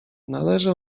należy